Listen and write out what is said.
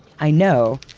i know,